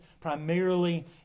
primarily